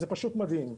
זה פשוט מדהים.